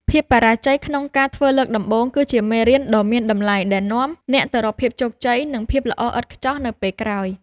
ភាពបរាជ័យក្នុងការធ្វើលើកដំបូង គឺជាមេរៀនដ៏មានតម្លៃដែលនាំអ្នកទៅរកភាពជោគជ័យ និងភាពល្អឥតខ្ចោះនៅពេលក្រោយ។